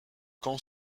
camps